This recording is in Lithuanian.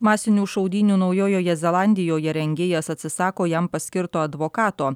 masinių šaudynių naujojoje zelandijoje rengėjas atsisako jam paskirto advokato